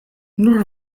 nur